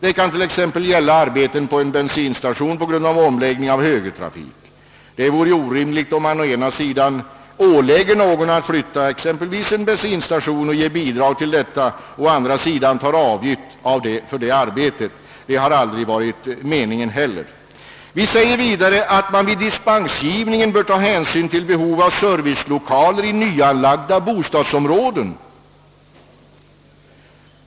Det kan t.ex. gälla arbeten på en bensinstation på grund av högertrafikomläggningen. Det vore ju orimligt om man å ena sidan ålade någon att flytta exempelvis en bensinstation och gav bidrag till detta och å andra sidan tog ut investeringsavgift för att arbetet utfördes. Det har heller aldrig varit meningen. Reservanterna har vidare framhållit att man vid dispensgivningen bör ta hänsyn till behovet av servicelokaler i nyanlagda bostadsområden.